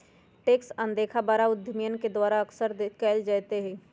tax अनदेखा बड़ा उद्यमियन के द्वारा अक्सर कइल जयते हई